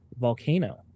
volcano